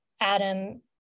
Adam